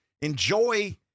enjoy